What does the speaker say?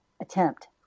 attempt